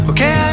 Okay